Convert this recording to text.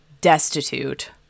destitute